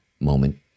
moment